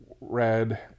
red